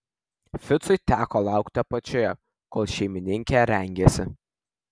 ficui teko laukti apačioje kol šeimininkė rengėsi